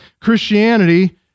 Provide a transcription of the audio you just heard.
Christianity